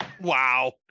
Wow